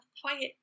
quiet